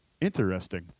interesting